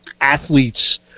athletes